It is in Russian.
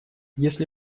если